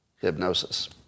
hypnosis